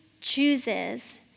chooses